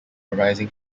arising